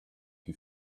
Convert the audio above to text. who